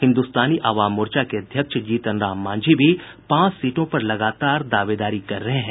हिन्दुस्तानी अवाम मोर्चा के अध्यक्ष जीतन राम मांझी भी पांच सीटों पर लगातार दावेदारी कर रहे हैं